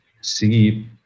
see